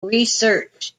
research